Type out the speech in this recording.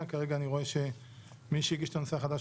כרגע אני רואה שמי שהגיש את הנושא החדש,